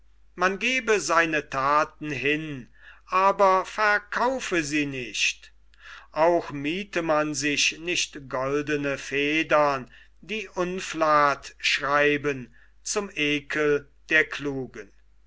man gebe seine thaten hin aber verlaufe sie nicht auch miethe man sich nicht goldene federn die unflath schreiben zum ekel der klugen